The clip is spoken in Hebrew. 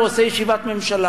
ועושה ישיבת ממשלה.